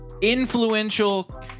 influential